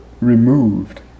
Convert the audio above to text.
removed